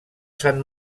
san